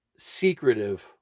Secretive